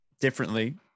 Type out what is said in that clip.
differently